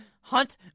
Hunt